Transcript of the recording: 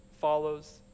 follows